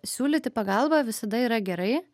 siūlyti pagalbą visada yra gerai